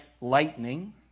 lightning